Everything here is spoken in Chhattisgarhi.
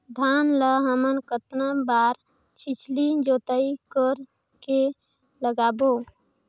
धान ला हमन कतना बार छिछली जोताई कर के लगाबो?